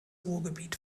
ruhrgebiet